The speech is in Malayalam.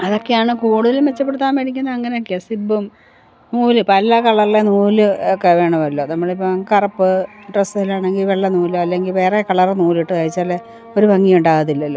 അതൊക്കെയാണ് കൂടുതലും മെച്ചപ്പെടുത്താൻ മേടിക്കുന്ന അങ്ങനൊക്കെ സിബ്ബും നൂല് പലകളറിലെ നൂല് ഒക്കെ വേണമല്ലോ അത് നമ്മളിപ്പം കറുപ്പ് ഡ്രസ്സ്ലാണെങ്കിൽ വെള്ളനൂല് അല്ലെങ്കിൽ വേറെ കളറ് നൂലിട്ട് തയ്ച്ചാൽ ഒരു ഭംഗി ഉണ്ടാവത്തില്ലല്ലോ